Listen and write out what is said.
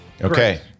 Okay